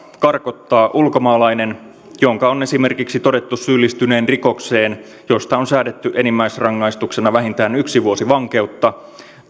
karkottaa ulkomaalainen jonka on esimerkiksi todettu syyllistyneen rikokseen josta on säädetty enimmäisrangaistuksena vähintään yksi vuosi vankeutta